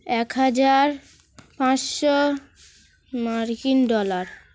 এক হাজার পাঁচশো মার্কিন ডলার